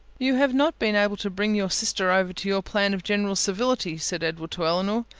you have not been able to bring your sister over to your plan of general civility, said edward to elinor.